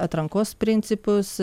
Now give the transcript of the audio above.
atrankos principus